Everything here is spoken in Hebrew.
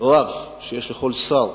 רב שיש לכל שר,